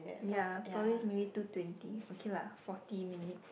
ya probably maybe two twenty okay lah forty minutes